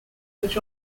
which